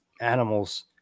animals